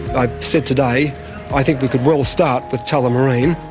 i said today i think we could well start with tullamarine.